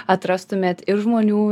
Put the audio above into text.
atrastumėt ir žmonių